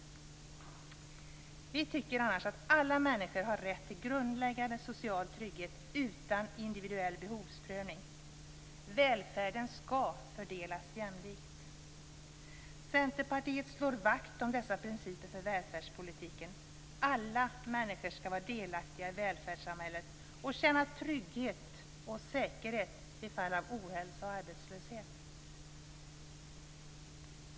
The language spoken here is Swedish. Vi tycker annars att alla människor har rätt till grundläggande social trygghet utan individuell behovsprövning. Välfärden skall fördelas jämlikt. Centerpartiet slår vakt om dessa principer för välfärdspolitiken. Alla människor skall vara delaktiga i välfärdssamhället och känna trygghet och säkerhet vid fall av ohälsa och arbetslöshet.